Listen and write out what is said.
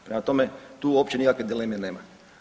Prema tome, tu uopće nikakve dileme nema.